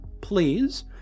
please